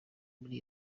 muri